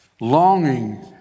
longing